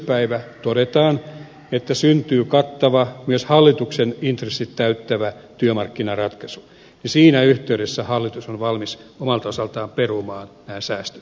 päivä todetaan että syntyy kattava myös hallituksen intressit täyttävä työmarkkinaratkaisu niin siinä yhteydessä hallitus on valmis omalta osaltaan perumaan nämä säästöt